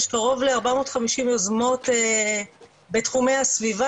יש קרוב ל-450 יוזמות בתחומי הסביבה